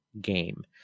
game